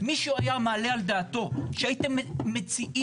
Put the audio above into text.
מישהו היה מעלה על דעתו שהייתם מציעים